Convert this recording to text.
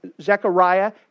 Zechariah